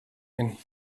and